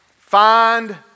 Find